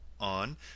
on